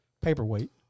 paperweight